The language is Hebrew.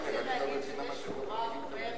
תגיד לי איפה ההסתה בספר הזה?